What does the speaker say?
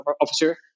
officer